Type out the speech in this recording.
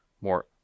more